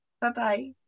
Bye-bye